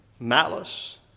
malice